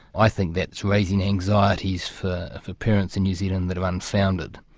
i think that's raising anxieties for for parents in new zealand, that are unfounded.